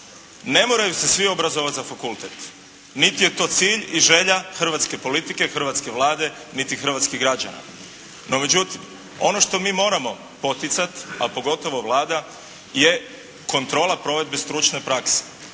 Ne moraju se svi obrazovati za fakultet, niti je to cilj i želja hrvatske politike, hrvatske Vlade niti hrvatskih građana. No međutim, ono što mi moramo poticati a pogotovo Vlada je kontrola provedbe stručne prakse.